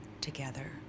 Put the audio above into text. together